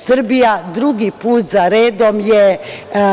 Srbija drugi put za redom je